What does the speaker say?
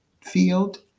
field